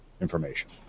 information